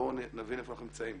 בואו נבין איפה אנחנו נמצאים.